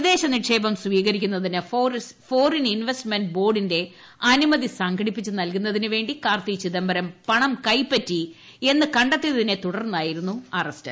വിദേശ നിക്ഷേപം സ്വീകരിക്കുന്നതിന് ഫോറിൻ ഇൻവെസ്റ്റ്മെന്റ് ബോർഡിന്റെ അനുമതി സംഘടിപ്പിച്ച് നൽകുന്നതിനു വേ ി കാർത്തി ചിദംബരം പണം കൈപ്പറ്റി എന്നു ത്തിയതിനെ തുടർന്നായിരുന്നു അറസ്റ്റ്